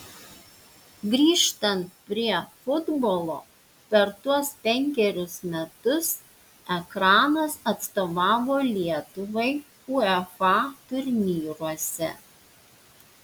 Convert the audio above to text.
grįžtant prie futbolo per tuos penkerius metus ekranas atstovavo lietuvai uefa turnyruose